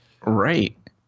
Right